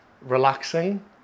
relaxing